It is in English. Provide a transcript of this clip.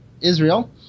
Israel